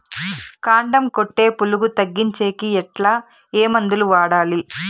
కాండం కొట్టే పులుగు తగ్గించేకి ఎట్లా? ఏ మందులు వాడాలి?